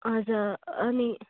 हजुर अनि